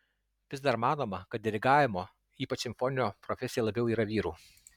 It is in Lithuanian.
vis dar manoma kad dirigavimo ypač simfoninio profesija labiau yra vyrų